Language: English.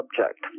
subject